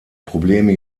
probleme